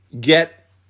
get